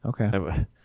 Okay